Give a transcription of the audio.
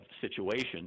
situation